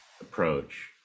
approach